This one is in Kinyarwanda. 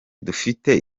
dufite